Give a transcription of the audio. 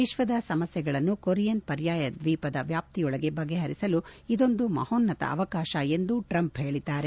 ವಿಶ್ವದ ಸಮಸ್ಥೆಗಳನ್ನು ಕೊರಿಯನ್ ಪರ್ಯಾಯ ದ್ವೀಪದ ವ್ಯಾಪ್ತಿಯೊಳಗೆ ಬಗೆ ಹರಿಸಲು ಇದೊಂದು ಮಹೋನ್ನತ ಅವಕಾಶ ಎಂದು ಟ್ರಂಪ್ ಹೇಳಿದ್ದಾರೆ